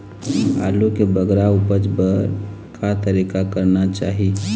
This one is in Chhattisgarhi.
आलू के बगरा उपज बर का तरीका करना चाही?